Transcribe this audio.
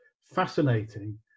fascinating